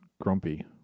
Grumpy